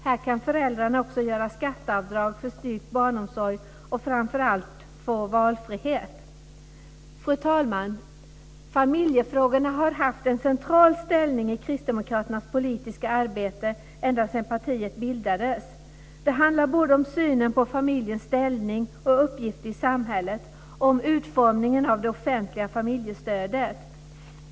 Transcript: Här kan föräldrarna också göra skatteavdrag för styrkt barnomsorg och framför allt få valfrihet. Fru talman! Familjefrågorna har haft en central ställning i Kristdemokraternas politiska arbete ända sedan partiet bildades. Det handlar både om synen på familjens ställning och uppgifter i samhället och om utformningen av det offentliga familjestödet.